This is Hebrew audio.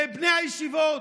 לבני הישיבות,